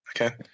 Okay